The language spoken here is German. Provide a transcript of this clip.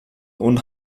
und